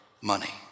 money